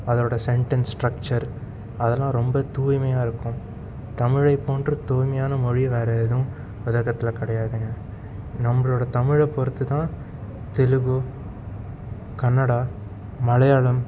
அதோட sentence structure அதெலாம் ரொம்ப தூய்மையாக இருக்கும் தமிழை போன்று தூய்மையான மொழி வேறு எதுவும் உலகத்தில் கிடையாதுங்க நம்மளோட தமிழை பொறுத்து தான் தெலுகு கன்னடா மலையாளம்